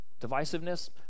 divisiveness